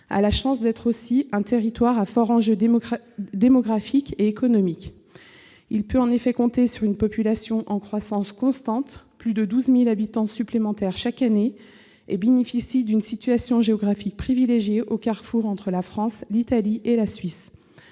a la chance d'être aussi un territoire à forts enjeux démographiques et économiques. Il peut, en effet, compter sur une population en croissance constante- plus de 12 000 habitants supplémentaires chaque année -et bénéficie d'une situation géographique privilégiée au carrefour de la France, l'Italie et la Suisse.